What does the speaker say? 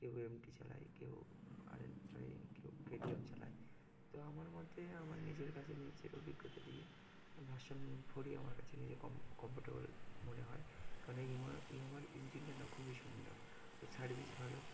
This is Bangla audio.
কেউ এম টি চালায় কেউ আর এন ফাইভ কেউ কে টি এম চালায় তো আমার মতে আমার নিজের কাছে নিজের অভিজ্ঞতা দিয়ে ভার্সন ফোরই আমার কাছে নিজে কম কমফর্টেবল মনে হয় কারণ ইয়ামাহার ইঞ্জিনটা না খুবই সুন্দর ও সার্ভিস ভালো